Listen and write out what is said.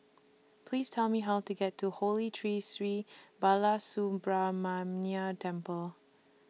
Please Tell Me How to get to Holy Tree Sri Balasubramaniar Temple